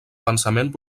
pensament